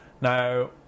Now